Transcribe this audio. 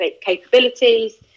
capabilities